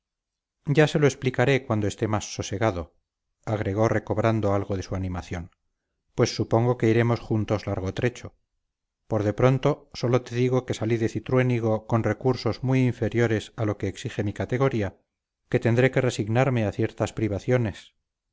ya te lo explicaré cuando esté más sosegado agregó recobrando algo de su animación pues supongo que iremos juntos largo trecho por de pronto sólo te digo que salí de cintruénigo con recursos muy inferiores a lo que exige mi categoría que tendré que resignarme a ciertas privaciones